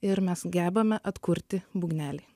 ir mes gebame atkurti būgnelį